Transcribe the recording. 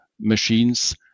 machines